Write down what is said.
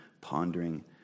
pondering